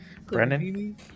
Brennan